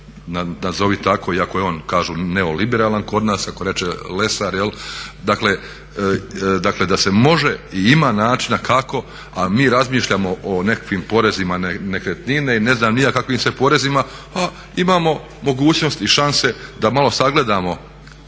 nazovi tako iako je on neoliberalan kod nas kako reče Lesar, dakle da se može i ima načina kako. A mi razmišljamo o nekakvim porezima na nekretnine i ne znam ni ja kakvim sve porezima, a imao mogućnosti i šanse da malo sagledamo